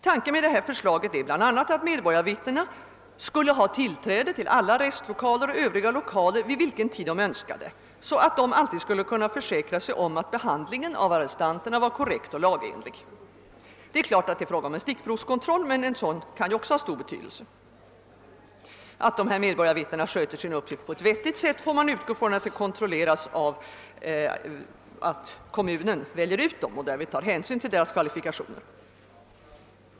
Tanken med förslaget är bl.a. att medborgarvittnena skulle ha tillträde till alla arrestlokaler och övriga lokaler vid vilken tid man än önskade, så att de alltid skulle kunna försäkra sig om att behandlingen av arrestanterna var korrekt och lagenlig. Det är klart att det bara är fråga om en stickprovskontroll, men också en sådan kan ha stor betydelse. Att medborgarvittnena sköter sin uppgift på ett vettigt sätt får man utgå ifrån. Detta kontrolleras av att det är kommunen som väljer ut dem och tar hänsyn till deras kvalifikationer.